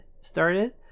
started